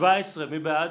לסעיף